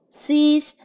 sees